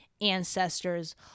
ancestors